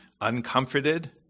uncomforted